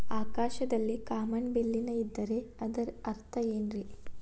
ಆಕಾಶದಲ್ಲಿ ಕಾಮನಬಿಲ್ಲಿನ ಇದ್ದರೆ ಅದರ ಅರ್ಥ ಏನ್ ರಿ?